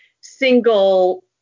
single